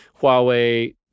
Huawei